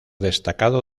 destacado